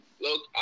Look